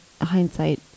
hindsight